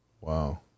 Wow